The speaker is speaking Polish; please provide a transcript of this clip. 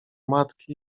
matki